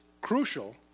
crucial